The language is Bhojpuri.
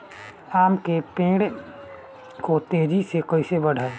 आम के पेड़ को तेजी से कईसे बढ़ाई?